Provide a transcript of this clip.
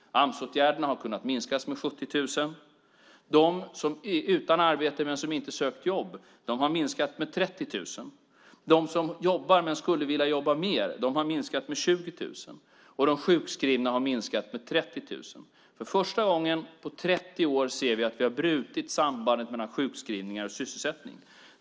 Amsåtgärderna har kunnat minskas med 70 000. De som är utan arbete men som inte sökt jobb har minskat med 30 000. De som jobbar men som skulle vilja jobba mer har minskat med 20 000. Och de sjukskrivna har minskat med 30 000. För första gången på 30 år ser vi att vi har brutit sambandet mellan sjukskrivningar och sysselsättning.